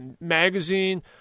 magazine